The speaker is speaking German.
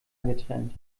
getrennt